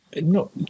No